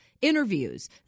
Interviews